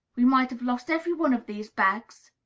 we might have lost every one of these bags.